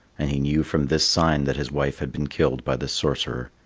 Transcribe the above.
and he knew from this sign that his wife had been killed by the sorcerer.